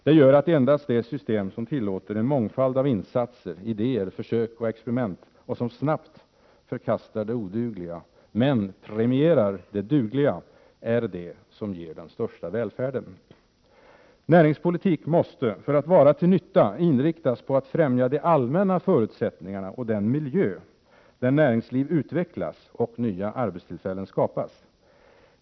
Det gör att endast det system som tillåter en mångfald av insatser, idéer, försök och experiment — och som snabbt förkastar det odugliga, men premierar det dugliga, är det som ger den största välfärden. Näringspolitik måste för att vara till nytta inriktas på att främja de allmänna förutsättningarna och den miljö där näringsliv utvecklas och nya arbetstillfällen skapas.